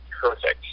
perfect